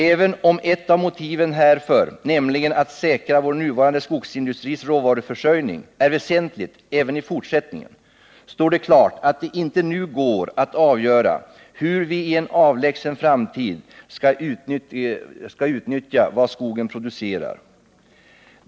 Även om ett av mötiven härför, nämligen att säkra vår nuvarande skogsindustris råvaruförsörjning, är väsentligt även i fortsättningen, står det klart att det inte nu går att avgöra hur viien avlägsen framtid skall utnyttja vad skogen producerar.